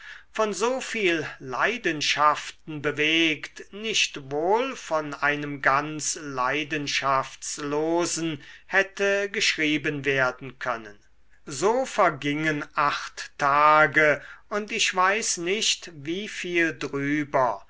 von so viel leidenschaften bewegt nicht wohl von einem ganz leidenschaftslosen hätte geschrieben werden können so vergingen acht tage und ich weiß nicht wie viel drüber